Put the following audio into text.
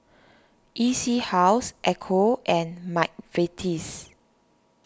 E C House Ecco and Mcvitie's